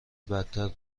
بدتر